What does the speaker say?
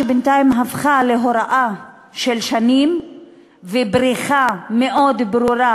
שבינתיים הפכה להוראה של שנים ובריחה מאוד ברורה